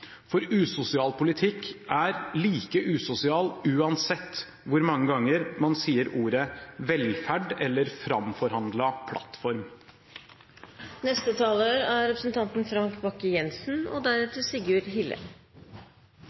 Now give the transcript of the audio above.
For usosial politikk er like usosial uansett hvor mange ganger man sier ordene «velferd» eller «framforhandlet plattform». Vi er